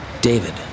David